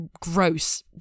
gross